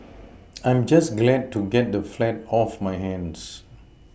I'm just glad to get the flat off my hands